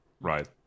right